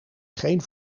geen